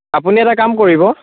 আপুনি এটা কাম কৰিব